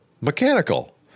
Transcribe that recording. mechanical